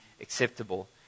acceptable